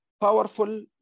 powerful